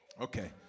Okay